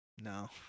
no